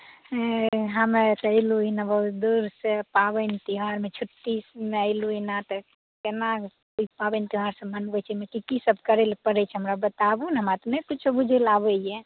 हमे एलहुँ बहुत दूर से पाबनि तिहारमे छुट्टी नहि लू नऽ तऽ केना हेतै पाबनि तिहार मनबैमे की की सभ करैले पड़ैत छै हमरा बताबू ने हमरा तऽ नहि किछो बुझय ले आबैए